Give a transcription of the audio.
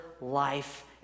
life